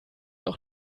auch